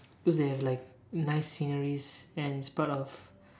cause they have like nice sceneries and it's part of